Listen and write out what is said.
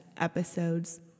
episodes